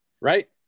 Right